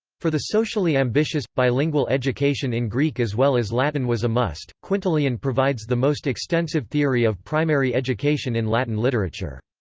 for the socially ambitious, bilingual education in greek as well as latin was a must quintilian provides the most extensive theory of primary education in latin literature.